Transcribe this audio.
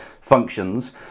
functions